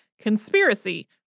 conspiracy